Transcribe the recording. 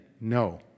No